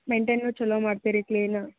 maintain ಛಲೋ ಮಾಡ್ತೀರಿ clean